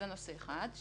זה נושא אחד,